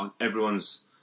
everyone's